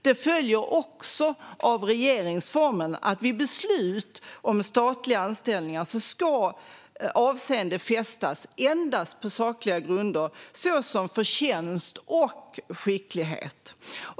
Det följer också av regeringsformen att vid beslut om statliga anställningar ska avseende fästas endast på sakliga grunder såsom förtjänst och skicklighet.